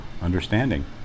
understanding